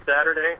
Saturday